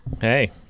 hey